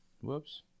Whoops